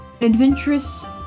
adventurous